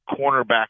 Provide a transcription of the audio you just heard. cornerback